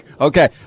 Okay